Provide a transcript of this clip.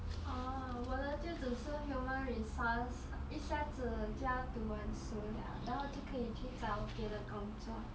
orh 我的就只是 human resource 一下子就要读完书了然后就可以去找别的工作